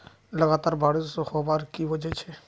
लगातार बारिश होबार की वजह छे?